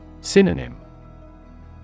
Synonym